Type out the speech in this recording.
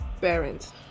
parents